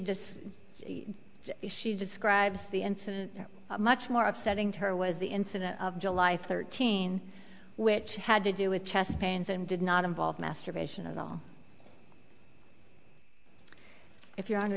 just she describes the incident much more upsetting to her was the incident of july thirteen which had to do with chest pains and did not involve masturbation and all if you